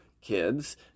kids